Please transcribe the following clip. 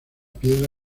piedra